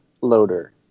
loader